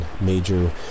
major